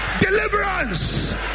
Deliverance